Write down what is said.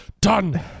done